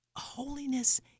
holiness